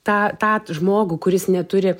tą tą žmogų kuris neturi